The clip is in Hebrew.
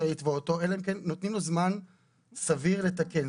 נותנים לו זמן סביר לתקן.